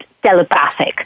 telepathic